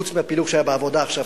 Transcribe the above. חוץ מהפילוג שהיה בעבודה עכשיו,